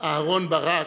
אהרן ברק,